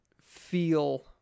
feel